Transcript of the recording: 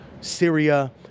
Syria